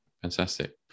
fantastic